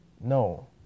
No